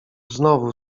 znowu